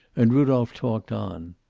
and rudolph talked on.